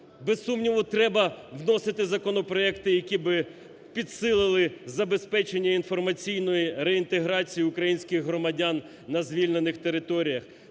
Без сумніву, треба вносити законопроекти, які би підсилили забезпечення інформаційної реінтеграції українських громадян на звільнених територіях,